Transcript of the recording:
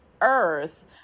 earth